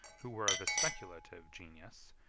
who were of a speculative genius,